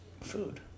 food